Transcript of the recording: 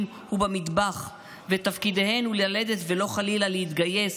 הוא במטבח ושתפקידיהן הוא ללדת ולא חלילה להתגייס,